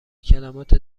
کلمات